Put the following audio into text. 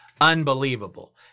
Unbelievable